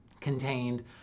contained